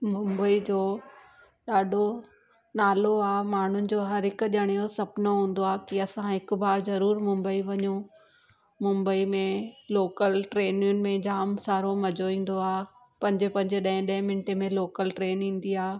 मुंबई जो ॾाढो नालो आहे माण्हुनि जो हर हिक जणे जो सुपिनो हूंदो आहे कि असां हिकु ॿार ज़रूरु मुंबई वञऊं मुंबई में लोकल ट्रेनीयुनि में जामु सारो मज़ो ईंदो आहे पंजे पंजे ॾह ॾह मिंट में लोकल ट्रेन ईंदी आहे